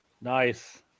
Nice